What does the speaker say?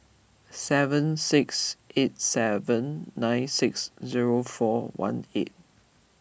seven six eight seven nine six zero four one eight